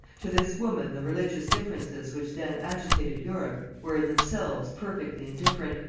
to this woman the religious differences which then agitated europe were in themselves perfectly indifferent,